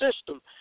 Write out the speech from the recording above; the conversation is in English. system